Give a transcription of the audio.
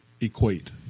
equate